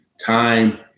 time